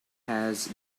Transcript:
has